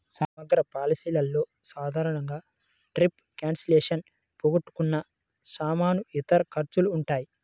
సమగ్ర పాలసీలలో సాధారణంగా ట్రిప్ క్యాన్సిలేషన్, పోగొట్టుకున్న సామాను, ఇతర ఖర్చులు ఉంటాయి